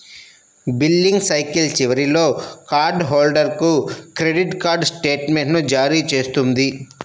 billing cycle చివరిలో card హోల్డర్కు credit card స్టేట్మెంట్ను జారీ చేస్తుంది